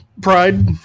pride